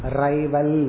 rival